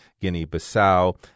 Guinea-Bissau